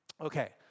Okay